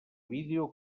vídeo